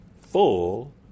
full